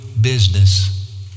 business